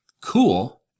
Cool